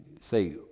Say